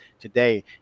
today